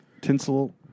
Tinsel